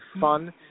fun